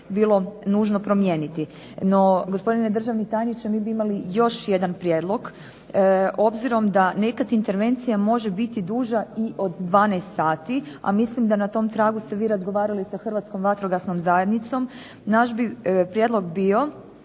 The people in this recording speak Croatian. bilo nužno promijeniti. No gospodine državni tajniče mi bi imali još jedan prijedlog. Obzirom da nekad intervencija može biti duža i od 12 sati, a mislim da na tom tragu ste vi razgovarali sa Hrvatskom vatrogasnom zajednicom, naš bi prijedlog bio